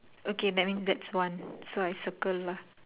okay that means that's one so I circle lah